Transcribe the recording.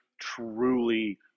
truly